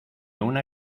una